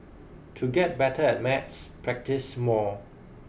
to get better at maths practise more